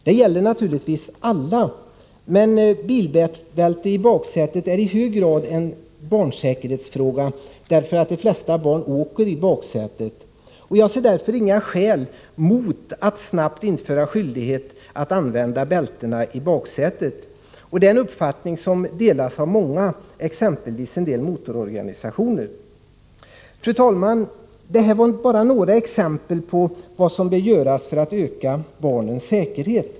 Det gäller naturligtvis alla, men bilbälte i baksätet är i hög grad en barnsäkerhetsfråga, därför att de flesta barn åker i baksätet. Jag ser därför inga skäl mot att snabbt införa skyldighet att använda bältena i baksätet. Det är ju en uppfattning som delas av många, exempelvis en del motororganisationer. Fru talman! Det här var bara några exempel på vad som bör göras för att öka barnens säkerhet.